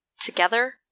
together